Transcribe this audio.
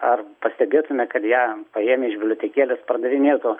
ar pastebėtume kad ją paėmę iš bibliotekėlės pardavinėtų